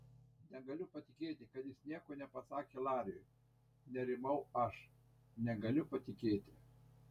negaliu patikėti kad jis nieko nepasakė lariui nerimau aš negaliu patikėti